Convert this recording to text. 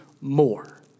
more